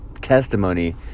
testimony